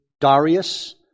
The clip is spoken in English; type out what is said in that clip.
Darius